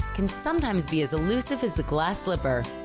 can sometimes be as elusive as the glass slipper.